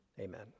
Amen